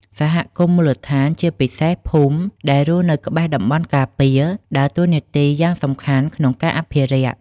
សហគមន៍មូលដ្ឋាន ជាពិសេសភូមិដែលរស់នៅក្បែរតំបន់ការពារ ដើរតួនាទីយ៉ាងសំខាន់ក្នុងការអភិរក្ស។